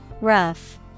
Rough